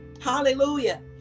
Hallelujah